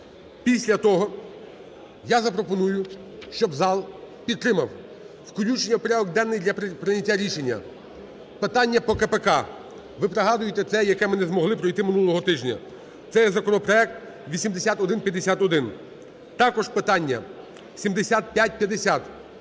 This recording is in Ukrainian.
Після того я запропоную, щоб зал підтримав включення у порядок денний для прийняття рішення питання по КПК. Ви пригадуєте, це те, яке ми не змогли пройти минулого тижня. Це є законопроект 8151. Також питання 7555